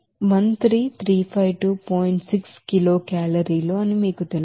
6 కిలోకేలరీలు అని మీకు తెలుసు